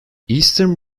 eastern